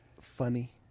funny